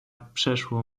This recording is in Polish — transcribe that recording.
przeszło